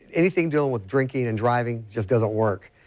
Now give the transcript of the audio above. anything dealing with drinking and driving just doesn't work.